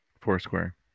Foursquare